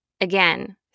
again